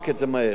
זה נכון,